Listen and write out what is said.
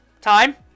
Time